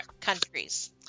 countries